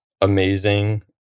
amazing